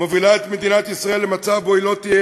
מובילה את מדינת ישראל למצב שבו היא לא תהיה